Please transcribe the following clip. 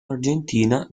argentina